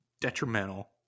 detrimental